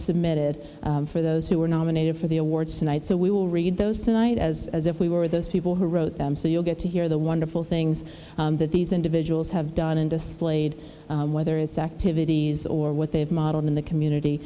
submitted for those who were nominated for the awards tonight so we will read those tonight as as if we were those people who wrote them so you'll get to hear the wonderful things that these individuals have done and displayed whether it's activities or what they have modeled in the community